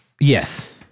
Yes